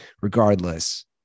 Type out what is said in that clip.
regardless